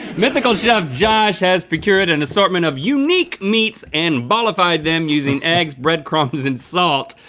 mythical chef josh has procured an assortment of unique meats and ballified them using eggs, bread crumbs, and salt.